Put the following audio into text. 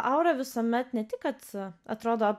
aura visuomet ne tik kad atrodo